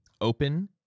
open